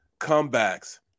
comebacks